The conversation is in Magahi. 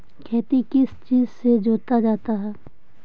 खेती किस चीज से जोता जाता है?